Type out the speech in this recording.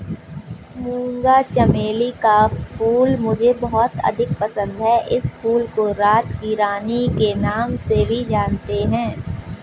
मूंगा चमेली का फूल मुझे बहुत अधिक पसंद है इस फूल को रात की रानी के नाम से भी जानते हैं